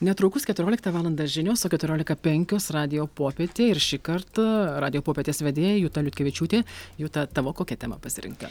netrukus keturioliktą valandą žinios o keturiolika penkios radijo popietė ir šį kartą radijo popietės vedėja juta liutkevičiūtė juta tavo kokia tema pasirinkta